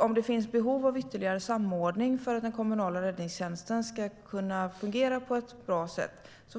Om det finns behov av ytterligare samordning för att den kommunala räddningstjänsten ska kunna fungera på ett bra sätt